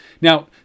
Now